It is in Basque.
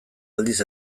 aldiz